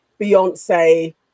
Beyonce